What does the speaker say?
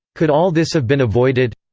could all this have been avoided.